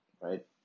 right